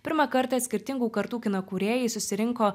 pirmą kartą skirtingų kartų kino kūrėjai susirinko